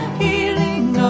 healing